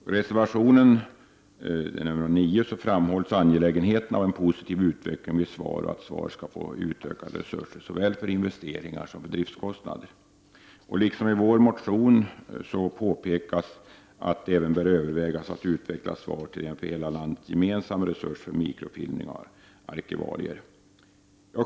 I reservationen, nr 9, framhålls angelägenheten av en positiv utveckling vid SVAR och att SVAR bör få utökade resurser såväl för investeringar som för driftskostnader. Liksom i vår motion påpekas även att det bör övervägas att utveckla SVAR till en för hela landet gemensam resurs för mikrofilmning av arkivalier.